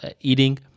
eating